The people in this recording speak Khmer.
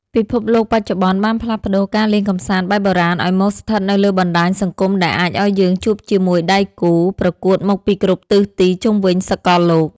ពិភពលោកបច្ចុប្បន្នបានផ្លាស់ប្តូរការលេងកម្សាន្តបែបបុរាណឱ្យមកស្ថិតនៅលើបណ្តាញសង្គមដែលអាចឱ្យយើងជួបជាមួយដៃគូប្រកួតមកពីគ្រប់ទិសទីជុំវិញសកលលោក។